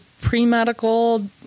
pre-medical